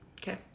Okay